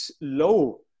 low